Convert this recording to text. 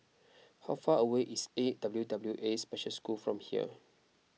how far away is A W W A Special School from here